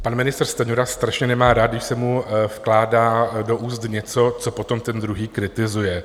Pan ministr Stanjura strašně nemá rád, když se mu vkládá do úst něco, co potom ten druhý kritizuje.